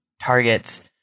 targets